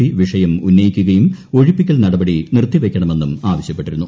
P വിഷയം ഉന്നയിക്കുകയും ഒഴിപ്പിക്കൽ നടപടി നിർത്തിവെയ്ക്കണമെന്നും ആവശ്യപ്പെട്ടിരുന്നു